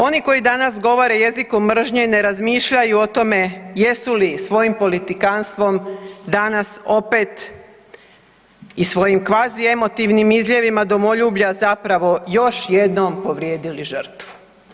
Oni koji danas govore jezikom mržnje ne razmišljaju o tome jesu li svojim politikantstvom danas opet i svojim kvazi emotivnim izljevima domoljublja zapravo još jednom povrijedili žrtvu.